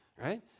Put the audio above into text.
right